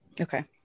Okay